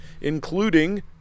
including